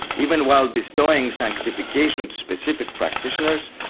even while bestowing sanctification to specific practitioners,